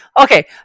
Okay